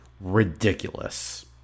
ridiculous